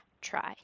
try